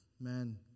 man